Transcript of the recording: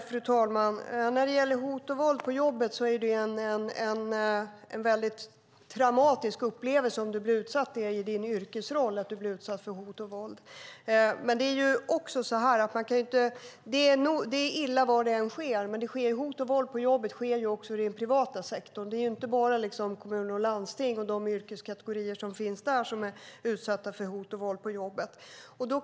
Fru talman! Att i sin yrkesroll bli utsatt för hot och våld på jobbet är en traumatisk upplevelse. Det är illa var det än sker, men hot och våld på jobbet förekommer också i den privata sektorn. Det är inte bara de yrkeskategorier som finns inom kommun och landsting som blir utsatta för hot och våld på jobbet.